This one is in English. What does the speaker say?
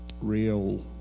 real